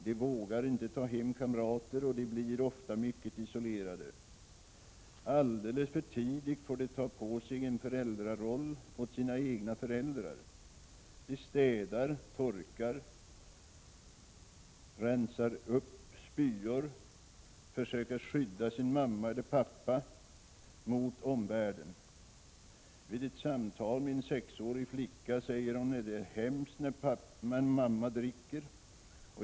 De vågar inte ta hem kamrater, och de blir ofta mycket isolerade. Alldeles för tidigt får de ta på sig en föräldraroll åt sina egna föräldrar. De städar, torkar, rensar upp spyor, försöker skydda sin mamma eller pappa mot omvärlden. Vid ett samtal säger en sexårig flicka att det är hemskt när mamma dricker.